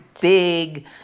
big